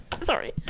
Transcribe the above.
Sorry